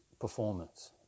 performance